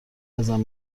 ازم